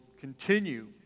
continue